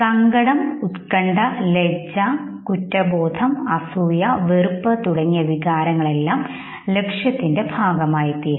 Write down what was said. സങ്കടം ഉത്കണ്ഠ ലജ്ജ കുറ്റബോധം അസൂയ വെറുപ്പ് തുടങ്ങിയ വികാരങ്ങളെല്ലാം ലക്ഷ്യത്തിന്റെ ഭാഗമായിത്തീരുന്നു